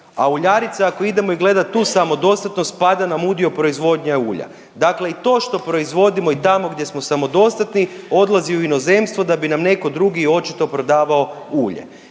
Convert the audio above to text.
a uljarica ako idemo i gledat tu samodostatnost pada nam udio proizvodnje ulja. Dakle i to što proizvodimo i tamo gdje smo samodostatni odlazi u inozemstvo da bi nam neko drugi očito prodavao ulje.